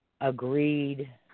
agreed